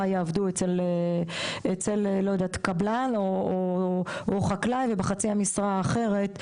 יעבדו אצל קבלן או חקלאי ובחצי המשרה האחרת,